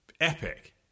epic